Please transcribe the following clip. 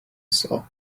saw